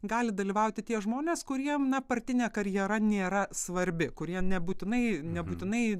gali dalyvauti tie žmonės kuriem na partinė karjera nėra svarbi kurie nebūtinai nebūtinai